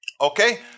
okay